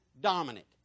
dominant